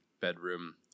bedroom